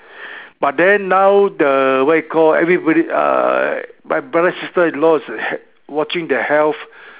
but then now the what you call everybody uh my brother sister-in-law is h~ watching their health